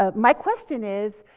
ah my question is,